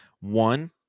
one